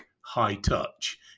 high-touch